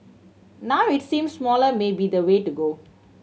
now it seems smaller may be the way to go